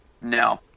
No